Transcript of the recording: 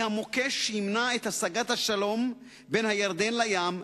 היא המוקש שימנע את השגת השלום בין הירדן לים,